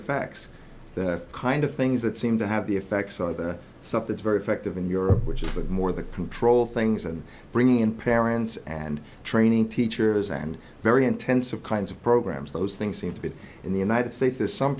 effects that kind of things that seem to have the effects of something very effective in europe which is more the control things and bringing in parents and training teachers and very intensive kinds of programs those things seem to be in the united states there's some